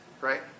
right